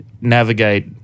navigate